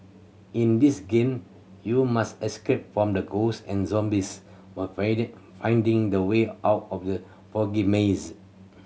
in this game you must escape from the ghost and zombies while finding the way out of the foggy maze